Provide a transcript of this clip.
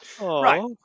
Right